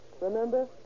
Remember